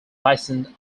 licensed